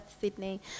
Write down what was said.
Sydney